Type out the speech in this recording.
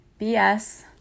BS